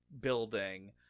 building